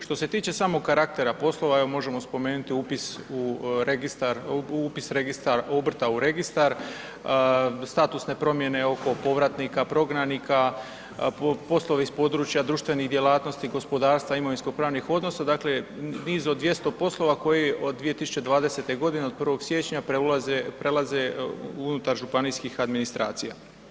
Što se tiče samog karaktera poslova, evo možemo spomenuti upis u registar, upis obrta u registar, statusne promjene oko povratnika prognanika, poslovi iz područja društvenih djelatnosti gospodarstva imovinskopravnih odnosa, dakle, niz od 200 poslova koje od 2020.g. od 1. siječnja prelaze unutar županijskih administracija.